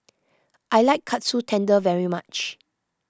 I like Katsu Tendon very much